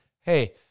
Hey